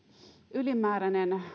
ylimääräinen